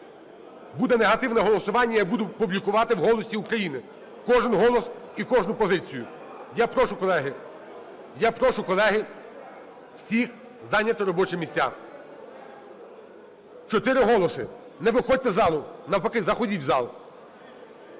буде негативне голосування, я буду публікувати в "Голосі України" кожен голос і кожну позицію. Я прошу колеги, всіх зайняти робочі місця – 4 голоси. Не виходьте з залу, навпаки, заходіть в зал.